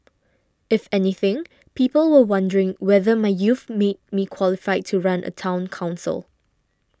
if anything people were wondering whether my youth made me qualified to run a Town Council